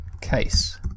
case